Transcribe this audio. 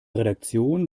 redaktion